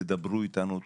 תדברו אתנו,